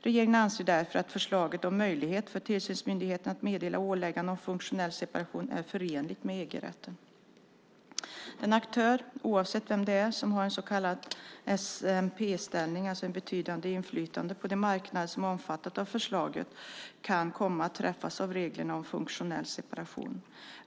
Regeringen anser därför att förslaget om möjlighet för tillsynsmyndigheten att meddela åläggande om funktionell separation är förenligt med EG-rätten. Den aktör, oavsett vem det är, som har en så kallad SMP-ställning, alltså ett betydande inflytande, på de marknader som omfattas av förslaget kan komma att träffas av reglerna om funktionell separation.